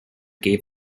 gave